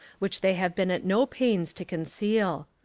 which they have been at no pains to conceal.